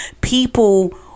people